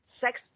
sex